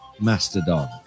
Mastodon